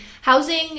housing